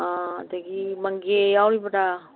ꯑꯥ ꯑꯗꯒꯤ ꯃꯪꯒꯦ ꯌꯥꯎꯔꯤꯕ꯭ꯔꯥ